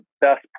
best